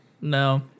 no